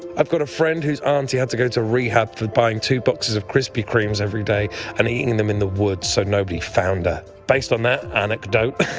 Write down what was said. i've got a friend whose auntie had to go to rehab for buying two boxes of krispy kremes every day and eating them in the woods so nobody found her. ah based on that anecdote,